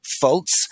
faults